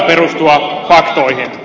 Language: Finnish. muutama fakta